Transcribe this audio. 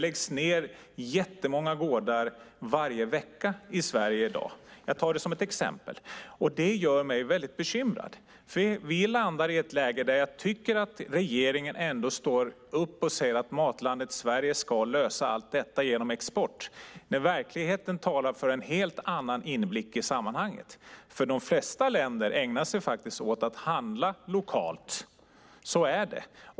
Jättemånga gårdar läggs ned varje vecka i Sverige i dag. Jag tar det som ett exempel. Detta gör mig bekymrad. Vi landar i ett läge där jag tycker att regeringen står upp och säger att Matlandet Sverige ska lösa allt detta genom export. Men verkligheten talar för en helt annan inblick i sammanhanget. De flesta länder ägnar sig åt att handla lokalt. Så är det.